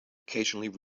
occasionally